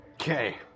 Okay